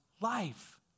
life